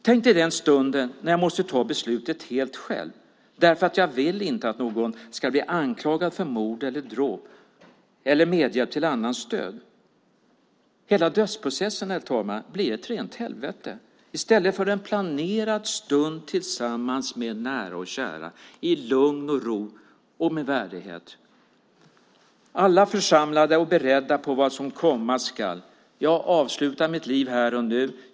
Tänk dig den stunden när jag måste ta beslutet helt själv därför att jag inte vill att någon ska bli anklagad för mord, dråp eller medhjälp till annans död. Hela dödsprocessen blir ett rent helvete, herr talman, i stället för en planerad stund tillsammans med nära och kära, i lugn och ro och med värdighet. Alla är församlade och beredda på vad som komma skall. Jag avslutar mitt liv här och nu.